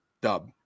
Dub